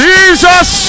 Jesus